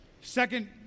Second